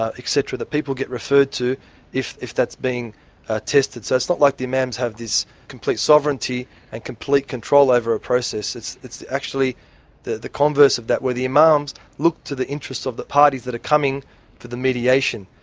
ah etc, that people get referred to if if that's being ah tested. so it's not like the imams have this complete sovereignty and complete control over a process, it's it's actually the the converse of that, where the imams look to the interests of the parties that are coming to the mediation,